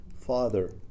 Father